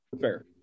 Fair